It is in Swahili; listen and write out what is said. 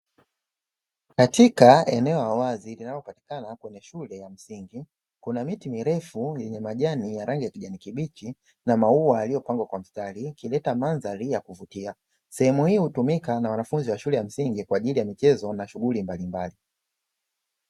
Katika eneo la wazi linalopatikana kwenye shule ya msingi kuna miti mirefu yenye majani ya rangi ya kijani kibichi na maua yaliyopangwa kwa mstari, ukileta mandhari ya kuvutia. Sehemu hiyo hutumika na wanafunzi wa shule ya msingi kwa ajili ya michezo na shughuli mbalimbali.